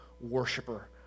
worshiper